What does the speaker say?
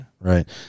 right